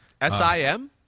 S-I-M